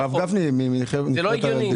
זה לא הגיוני.